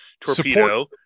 torpedo